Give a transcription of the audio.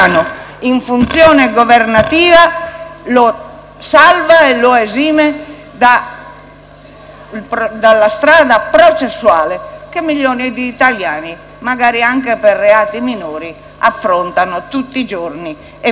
dalla strada processuale che milioni di italiani, magari anche per reati minori, affrontano tutti i giorni e forse per tanti anni. Io penso che